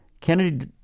Kennedy